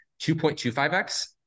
2.25x